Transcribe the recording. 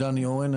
אני דני אורן,